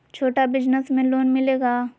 छोटा बिजनस में लोन मिलेगा?